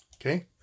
Okay